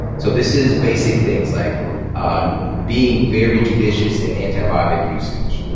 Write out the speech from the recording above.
so this is basic things like being very judicious in antibiotic usage,